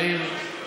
יאיר,